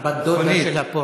הבת דודה של הפורשה.